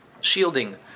shielding